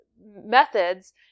Methods